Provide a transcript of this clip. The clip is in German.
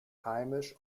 heimisch